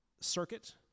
circuit